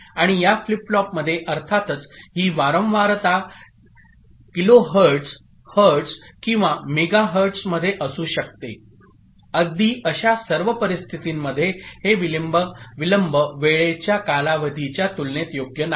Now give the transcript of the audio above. आणि या फ्लिप फ्लॉपमध्ये अर्थातच ही वारंवारता किलोहर्ट्ज हर्ट्झ किंवा मेगाहेर्ट्झमध्ये असू शकते अगदी अशा सर्व परिस्थितींमध्ये हे विलंब वेळेच्या कालावधीच्या तुलनेत योग्य नाही